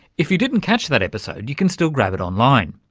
if you didn't catch that episode, you can still grab it online.